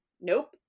Nope